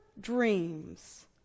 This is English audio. dreams